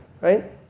right